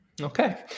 okay